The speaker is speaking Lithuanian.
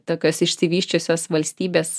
tokios išsivysčiusios valstybės